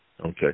Okay